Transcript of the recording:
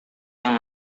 yang